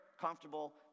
comfortable